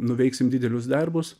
nuveiksim didelius darbus